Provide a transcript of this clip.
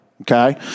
Okay